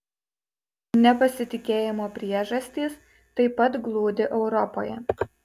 nepasitikėjimo priežastys taip pat glūdi europoje